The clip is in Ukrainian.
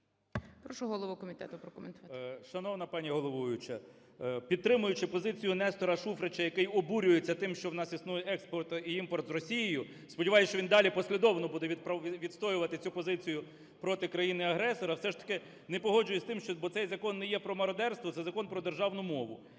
Прошу голову комітету прокоментувати.